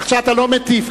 עכשיו אתה לא מטיף,